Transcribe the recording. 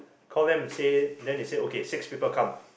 call them say then they say okay six people come